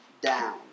down